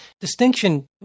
distinction